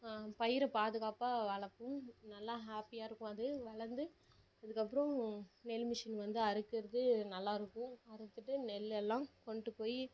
பயிரை பாதுகாப்பாக வளர்ப்போம் நல்ல ஹாப்பியாக இருக்கும் அது வளர்ந்து அதுக்கப்புறோம் நெல் மிஷின் வந்து அறுக்கிறது நல்லாயிருக்கும் அறுத்துட்டு நெல்லெல்லாம் கொண்டு போய்